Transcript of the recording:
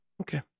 Okay